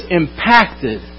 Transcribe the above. impacted